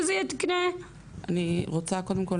שזה יהיה תקני --- אני רוצה קודם כל